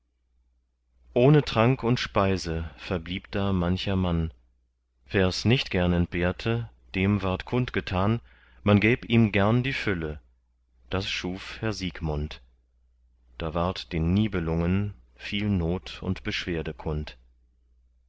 ohne trank und speise verblieb da mancher mann wers nicht gern entbehrte dem ward kundgetan man gäb ihm gern die fülle das schuf herr siegmund da ward den nibelungen viel not und beschwerde kund